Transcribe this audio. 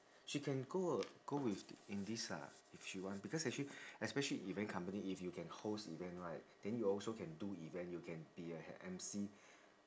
she can go uh go with in this ah if she want because actually especially event company if you can host event right then you also can do event you can be a emcee